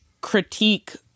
critique